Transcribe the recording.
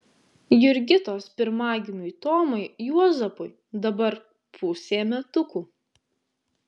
jurgitos pirmagimiui tomui juozapui dabar pusė metukų